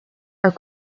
are